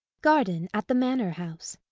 garden at the manor house.